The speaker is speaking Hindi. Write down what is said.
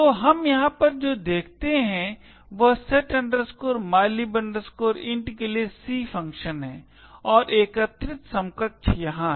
तो हम यहाँ पर जो देखते हैं वह set mylib int के लिए C फ़ंक्शन है और एकत्रित समकक्ष यहाँ है